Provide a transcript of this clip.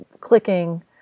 clicking